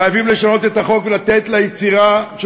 חייבים לשנות את החוק ולתת ליצירה של